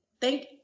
thank